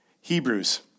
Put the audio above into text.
Hebrews